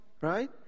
Right